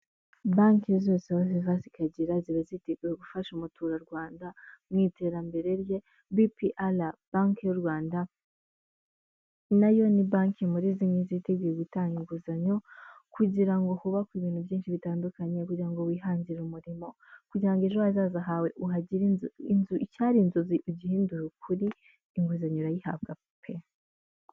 Banki zose aho ziva zikagera ziba ziteguye gufasha umuturarwanda mu iterambere rye, BPR banki y'u Rwanda nayo ni banki muri zimwe ziteguye gutanga inguzanyo kugira ngo hubakwe ibintu byinshi bitandukanye, kugira ngo wihangire umurimo kugira ejo hazaza hawe uhagire icyari inzozi ugihindure ukuri, inguzanyo urayihabwa pe.